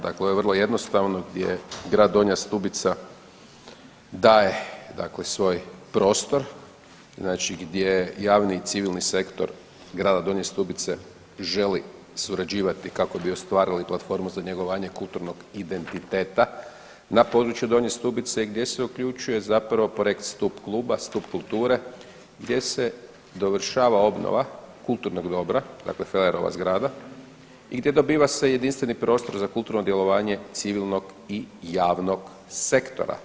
Dakle, ovo je vrlo jednostavno gdje grad Donja Stubica daje dakle svoj prostor, znači gdje javni i civilni sektor grada Donje Stubice želi surađivati kako bi ostvarili platformu za njegovanje kulturnog identiteta na području Donje Stubice gdje se uključuje zapravo projekt stup kluba, stup kulture gdje se dovršava obnova kulturnog dobra dakle Fellerova zgrada i gdje dobiva se jedinstveni prostor za kulturno djelovanje civilnog i javnog sektora.